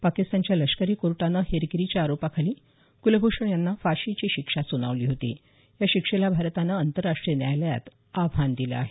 पाकिस्तानच्या लष्करी कोर्टाने हेरगिरीच्या आरोपाखाली कुलभूषण यांना फाशीची शिक्षा सुनावली होती या शिक्षेला भारतानं आंतरराष्ट्रीय न्यायालयात आव्हान दिलं आहे